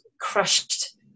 crushed